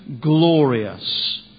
glorious